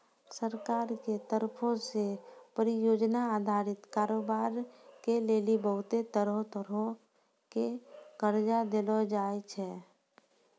सरकार के तरफो से परियोजना अधारित कारोबार के लेली बहुते तरहो के कर्जा देलो जाय छै